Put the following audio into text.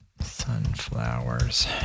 Sunflowers